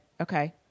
okay